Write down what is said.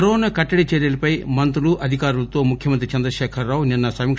corona కట్టడి చర్యలపై మంత్రులు అధికారులతో ముఖ్యమంత్రి చంద్రశేఖర్ రావు నిన్స సమీక